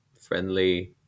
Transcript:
friendly